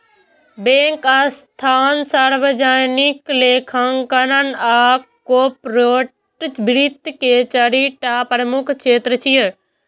bank, संस्थान, सार्वजनिक लेखांकन आ कॉरपोरेट वित्त के चारि टा प्रमुख क्षेत्र छियै